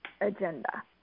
agenda –